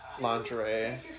lingerie